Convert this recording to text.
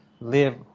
live